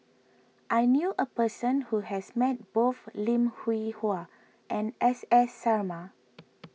I knew a person who has met both Lim Hwee Hua and S S Sarma